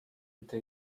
gdy